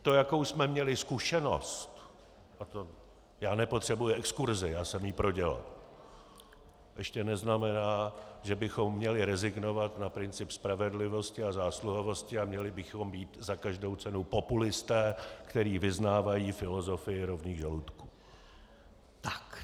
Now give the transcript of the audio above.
To, jakou jsme měli zkušenost, a nepotřebuji exkurzi, já jsem ji prodělal, ještě neznamená, že bychom měli rezignovat na princip spravedlivosti a zásluhovosti a měli bychom být za každou cenu populisté, kteří vyznávají filozofii rovných žaludků.